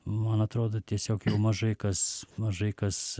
man atrodo tiesiog mažai kas mažai kas